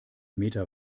meter